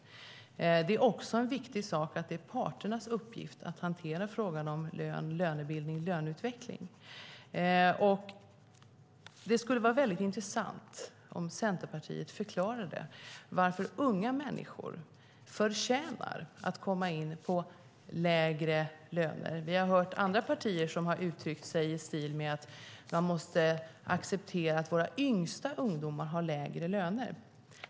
Det är också en viktig del att det är parternas uppgift att hantera frågorna om lön, lönebildning och löneutveckling. Det skulle vara mycket intressant om Centerpartiet förklarade varför unga människor förtjänar att komma in på arbetsmarknaden och få lägre löner. Vi har hört andra partier som har uttryckt sig i stil med att man måste acceptera att våra yngsta ungdomar har lägre löner.